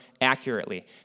accurately